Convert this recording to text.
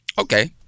Okay